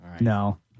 No